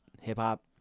Hip-hop